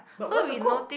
but what to cook